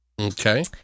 Okay